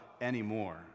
anymore